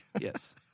Yes